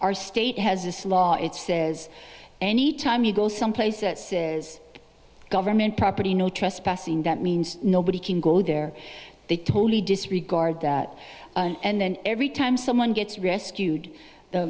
our state has this law it says any time you go someplace that says government property no trespassing that means nobody can go there they totally disregard that and then every time someone gets rescued